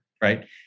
right